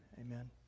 Amen